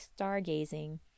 stargazing